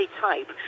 type